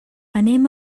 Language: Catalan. anem